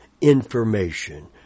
information